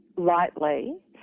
Lightly